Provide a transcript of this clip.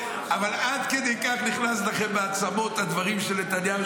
אבל עד כדי כך נכנסו לכם לעצמות הדברים של נתניהו,